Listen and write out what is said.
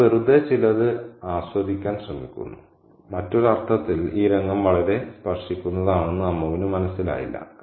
അമ്മ വെറുതെ ചിലത് ആസ്വദിക്കാൻ ശ്രമിക്കുന്നു മറ്റൊരു അർത്ഥത്തിൽ ഈ രംഗം വളരെ സ്പർശിക്കുന്നതാണെന്ന് അമ്മുവിന് മനസ്സിലായില്ല